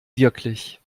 wirklich